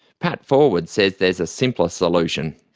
pat forward says there's a simpler solution.